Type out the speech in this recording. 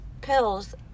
pills